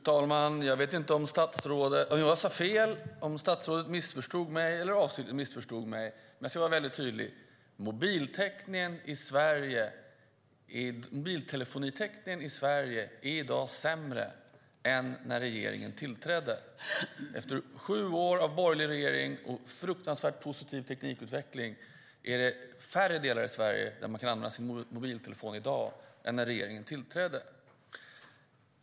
Fru talman! Jag vet inte om jag sade fel eller om statsrådet missförstod mig, avsiktligt eller oavsiktligt. Jag ska vara mycket tydlig: Mobiltelefonitäckningen i Sverige är sämre i dag än när regeringen tillträdde. Efter sju år med borgerlig regering och en starkt positiv teknikutveckling är det i färre delar av Sverige man i dag kan använda sin mobiltelefon än när regeringen tillträdde.